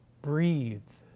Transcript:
breathe.